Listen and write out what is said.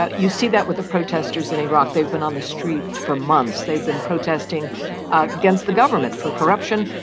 ah you see that with the protesters in iraq. they've been on the street for months. they've been protesting against the government for corruption,